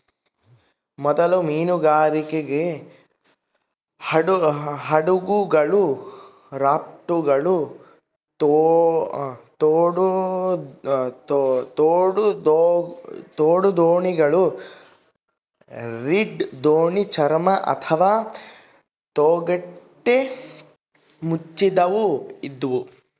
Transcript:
ಮೊದಲ ಮೀನುಗಾರಿಕೆ ಹಡಗುಗಳು ರಾಪ್ಟ್ಗಳು ತೋಡುದೋಣಿಗಳು ರೀಡ್ ದೋಣಿ ಚರ್ಮ ಅಥವಾ ತೊಗಟೆ ಮುಚ್ಚಿದವು ಇದ್ವು